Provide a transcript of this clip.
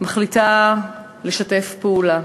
מחליטה לשתף פעולה,